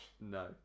no